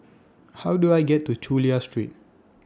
How Do I get to Chulia Street